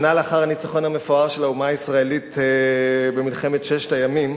שנה לאחר הניצחון המפואר של האומה הישראלית במלחמת ששת הימים,